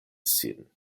sin